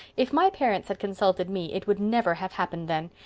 if my parents had consulted me it would never have happened then.